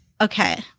okay